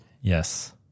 Yes